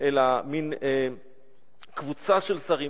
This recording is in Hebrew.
אלא מין קבוצה של שרים,